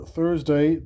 Thursday